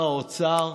האוצר,